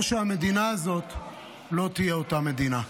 או שהמדינה הזאת לא תהיה אותה מדינה.